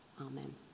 amen